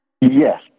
Yes